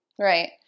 right